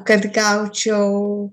kad gaučiau